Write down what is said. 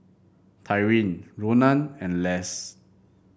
Tyrin Ronan and Less